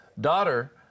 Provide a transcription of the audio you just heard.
daughter